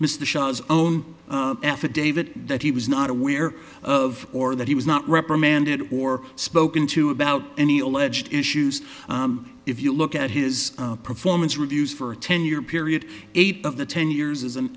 mr shah's own effort david that he was not aware of or that he was not reprimanded or spoken to about any alleged issues if you look at his performance reviews for a ten year period eight of the ten years is an